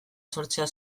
sortzera